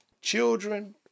children